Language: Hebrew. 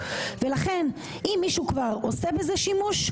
ולכן אם מישהו כבר עושה בזה שימוש,